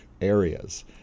areas